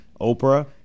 Oprah